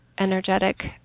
energetic